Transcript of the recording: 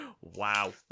wow